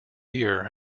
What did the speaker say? year